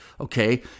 okay